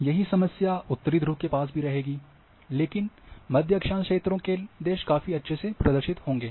यही समस्या उत्तरी ध्रुव के पास भी रहेगी लेकिन मध्य अक्षांश क्षेत्रों के देश काफी अच्छे से प्रदर्शित होंगे